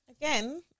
Again